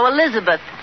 Elizabeth